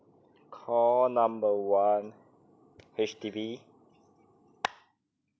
call number one H_D_B